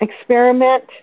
experiment